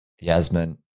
Yasmin